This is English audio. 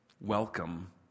Welcome